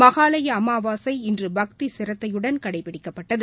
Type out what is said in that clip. மகாளயஅமாவாசை இன்றுபக்திசிரத்தையுடன் கடைபிடிக்கப்பட்டது